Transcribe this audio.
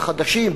החדשים,